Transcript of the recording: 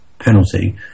penalty